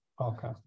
Okay